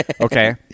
Okay